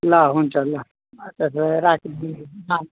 ल हुन्छ ल